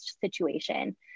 situation